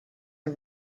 are